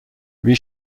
wie